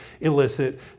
illicit